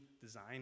design